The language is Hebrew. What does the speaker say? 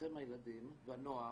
אתכם הילדים והנוער,